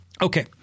Okay